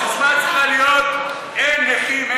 הססמה צריכה להיות: אין נכים,